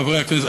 חברי הכנסת,